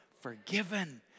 Forgiven